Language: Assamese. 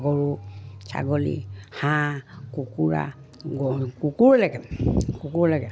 গৰু ছাগলী হাঁহ কুকুৰা গ কুকুৰলৈকে কুকুৰলৈকে